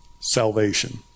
salvation